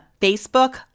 Facebook